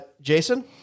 Jason